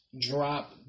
Drop